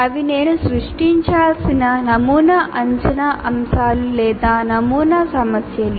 అవి నేను సృష్టించాల్సిన నమూనా అంచనా అంశాలు లేదా నమూనా సమస్యలు